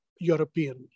European